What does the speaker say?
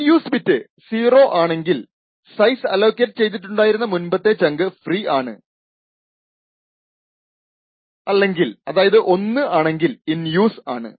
in use bit 0 ആണെങ്കിൽ size allocate ചെയ്തിട്ടുണ്ടായിരുന്ന മുൻപത്തെ ചങ്ക് ഫ്രീ ആണ് 1 ആണെങ്കിൽ ഇൻ യൂസ് ആണ്